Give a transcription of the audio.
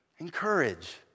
encourage